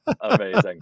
Amazing